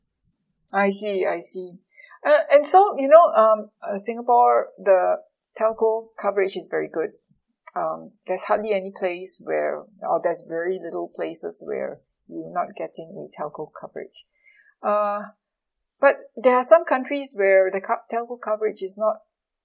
I see I see uh and so you know um uh singapore the telco coverage is very good um there's hardly any place where or there's very little places where we not getting any telco coverage uh but there are some countries where the co~ telco coverage is not